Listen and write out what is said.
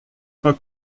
pas